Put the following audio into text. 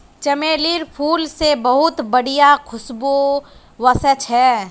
चमेलीर फूल से बहुत बढ़िया खुशबू वशछे